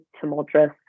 tumultuous